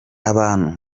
abantu